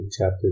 chapter